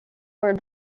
were